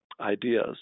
ideas